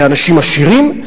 לאנשים עשירים,